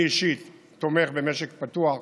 אני אישית תומך במשק פתוח.